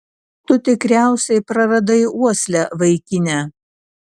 tu tikriausiai praradai uoslę vaikine